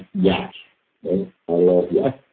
yak. i love yak